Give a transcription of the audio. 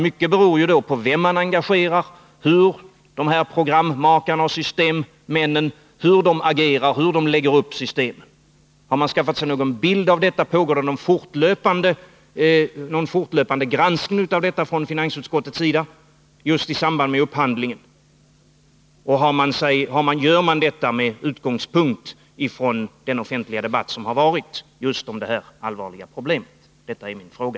Mycket beror nämligen på vem man engagerar, hur programmakarna och systemmännen agerar och lägger upp systemen. Har man skaffat sig någon bild av detta? Pågår det någon fortlöpande granskning av detta från finansutskottets sida i samband med upphandlingen? Gör man i så fall detta med utgångspunkt från den offentliga debatt som förts om detta allvarliga problem? Detta är min fråga.